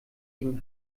gegen